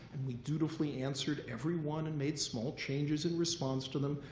and we dutifully answered every one and made small changes in response to them.